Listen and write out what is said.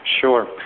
sure